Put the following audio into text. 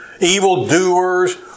evildoers